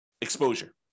exposure